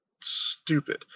stupid